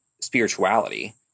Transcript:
spirituality